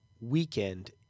weekend